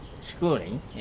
schooling